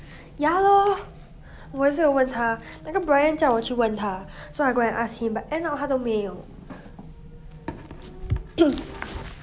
ya lor 我也是有问他那个 bryan 叫我去问他 so I go and ask him but end up 他都没有